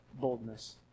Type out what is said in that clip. boldness